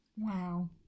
Wow